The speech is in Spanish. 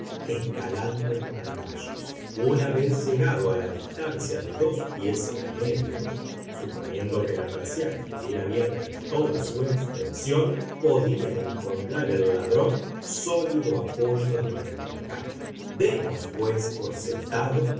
escalando el pararrayos una vez llegado a la distancia de dos pies y medio suponiendo que la persiana estuviera abierta en toda su extensión podía encontrar el ladrón sólido apoyo en el enrejado demos pues por sentado